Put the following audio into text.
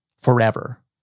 Forever